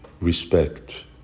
respect